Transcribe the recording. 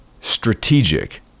strategic